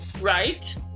Right